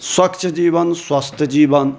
स्वच्छ जीवन स्वस्थ जीवन